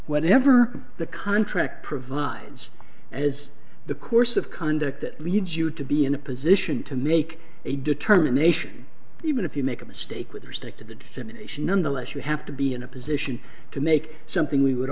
whatever the contract provides as the course of conduct that lead you to be in a position to make a determination even if you make a mistake with respect to the dissemination nonetheless you have to be in a position to make something we would